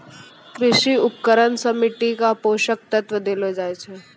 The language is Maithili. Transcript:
कृषि उपकरण सें मिट्टी क पोसक तत्व देलो जाय छै